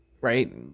right